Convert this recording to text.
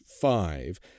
five